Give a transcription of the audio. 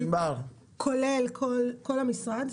כולל כל המשרד,